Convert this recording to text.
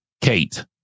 Kate